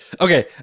okay